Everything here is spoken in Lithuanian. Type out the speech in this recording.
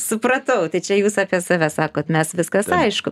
supratau tai čia jūs apie save sakot mes viskas aišku